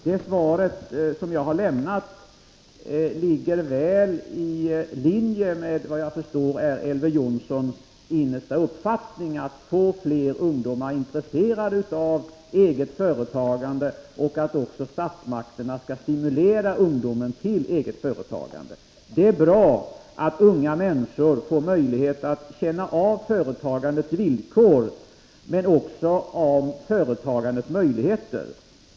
Det svar som jag har lämnat ligger väl i linje med det som jag förstår är Elver Jonssons innersta önskan, nämligen att få fler ungdomar intresserade av eget företagande och att också statsmakterna skall stimulera ungdomen till eget företagande. Det är bra att unga människor får möjlighet att känna på företagandets villkor men också på företagandets möjligheter.